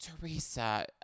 Teresa